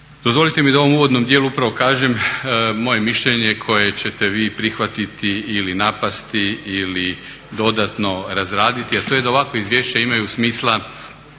Dozvolite mi da u ovom uvodnom upravo kažem moje mišljenje koje ćete vi prihvatiti ili napasti ili dodatno razraditi, a to je da ovakva izvješća imaju smisla